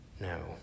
No